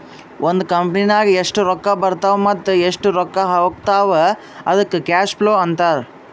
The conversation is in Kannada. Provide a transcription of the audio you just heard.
ಒಂದ್ ಕಂಪನಿನಾಗ್ ಎಷ್ಟ್ ರೊಕ್ಕಾ ಬರ್ತಾವ್ ಮತ್ತ ಎಷ್ಟ್ ರೊಕ್ಕಾ ಹೊತ್ತಾವ್ ಅದ್ದುಕ್ ಕ್ಯಾಶ್ ಫ್ಲೋ ಅಂತಾರ್